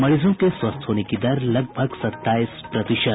मरीजों के स्वस्थ होने की दर लगभग सताईस प्रतिशत